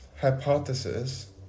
hypothesis